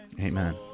Amen